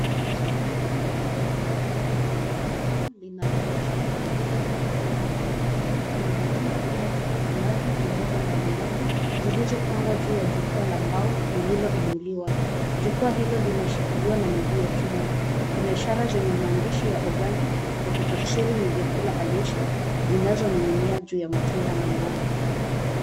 Sehemu ya kuoyesha bidhaa ndani ya duka kubwa linaloonyesha aina nyingi za matunda na mboga. Kuna matunda kama tikitimaji na mboga mbalimbali, zilizopangwa juu ya jukwa la mbao lililoinuliwa. Jukwa hilo limeshikiliwa na miguu ya chuma. Kuna ishara zenye maandishi ya [organic] kwa kutafsiri ni vyakula halisi, zinazoning'inia juu ya matunda na mboga.